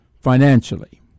financially